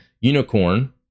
Unicorn